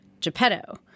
Geppetto